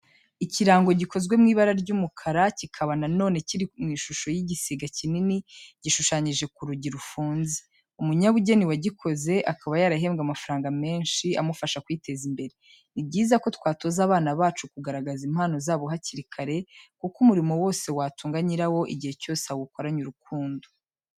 Ikirango gikozwe mu ibara ry'umukara kikaba na none kiri mu ishusho y'igisiga kinini, gishushanyije ku rugi rufunze. Umunyabugeni wagikoze akaba yarahembwe amafaranga menshi amufasha kwiteza imbere. Ni byiza ko twatoza abana bacu kugaragaza impano zabo hakiri kare kuko umurimo wose watunga nyirawo igihe cyose awukoranye urukundo,